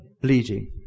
bleeding